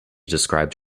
described